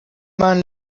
man